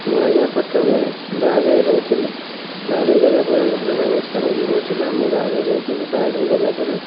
ମୁଁ ଆଜ୍ଞା ପ୍ରଥମେ ବାହାରେ ରହୁଥିଲି ବାହାରକୁ ଗଲାପରେ ଘରର ଅବସ୍ଥା ଭଲ ନଥିଲା ମୁଁ ବାହାରେ ରହୁଥିଲି ବାହାରକୁ ଗଲାପରେ